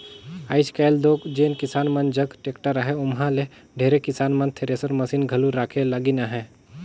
आएज काएल दो जेन किसान मन जग टेक्टर अहे ओमहा ले ढेरे किसान मन थेरेसर मसीन घलो रखे लगिन अहे